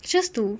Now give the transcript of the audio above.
it's just to